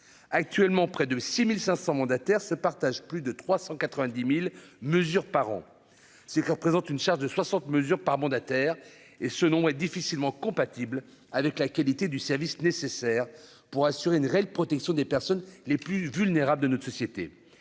actuellement près de 6500 mandataires se partagent plus de 390000 mesures par an ce que représente une charge de 60 mesures par mandataire et ce nom est difficilement compatible avec la qualité du service nécessaire pour assurer une réelle protection des personnes les plus vulnérables de notre société,